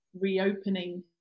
reopening